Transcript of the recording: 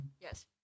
Yes